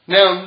Now